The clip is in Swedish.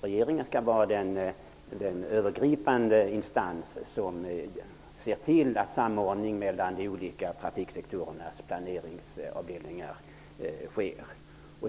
Regeringen skall vara den övergripande instans som ser till att det sker en samordning mellan de olika trafiksektorernas planeringsavdelningar.